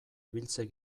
ibiltzen